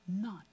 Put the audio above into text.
none